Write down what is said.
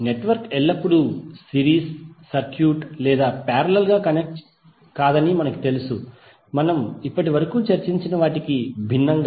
network ఎల్లప్పుడూ series circuit లేదా parallel గా కనెక్ట్ కాదని మనకు తెలుసు మనము ఇప్పటివరకు చర్చించిన వాటికి భిన్నంగా